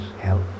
help